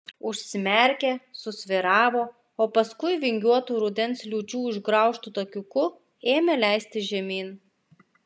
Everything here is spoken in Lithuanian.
užsimerkė susvyravo o paskui vingiuotu rudens liūčių išgraužtu takiuku ėmė leistis žemyn